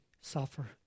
suffer